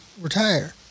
retire